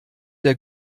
der